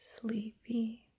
sleepy